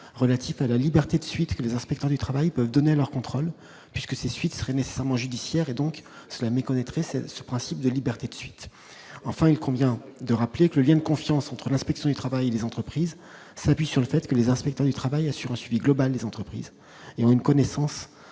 relative à la liberté de suite que les inspecteurs du travail peuvent donner leur contrôle puisque c'est suite serait nécessairement judiciaire et donc cela me connaître et c'est ce principe de liberté de suite enfin, il convient de rappeler que le lien de confiance entre l'inspection du travail des entreprises s'appuie sur le fait que les inspecteurs du travail, assure un suivi global des entreprises et une connaissance